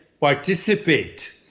participate